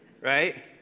Right